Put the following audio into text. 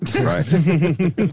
Right